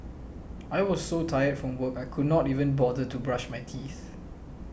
I was so tired from work I could not even bother to brush my teeth